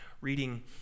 reading